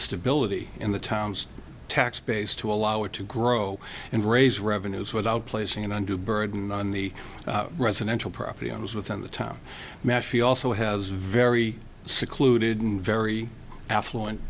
stability in the towns tax base to allow it to grow and raise revenues without placing an undue burden on the residential property owners within the town mashpee also has very secluded and very affluent